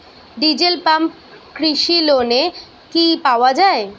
Diesel pump কৃষি লোনে কি পাওয়া য়ায়?